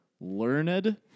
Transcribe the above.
Learned